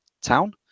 Town